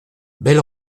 belle